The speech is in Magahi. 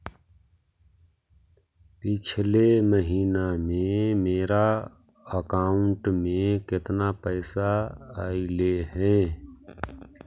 पिछले महिना में मेरा अकाउंट में केतना पैसा अइलेय हे?